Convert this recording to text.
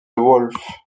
wolfe